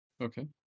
Okay